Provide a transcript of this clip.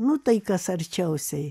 nu tai kas arčiausiai